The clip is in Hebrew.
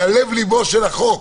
זה על לב לבו של החוק,